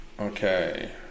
Okay